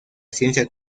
ciencia